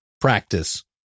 practice